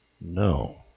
No